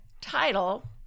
title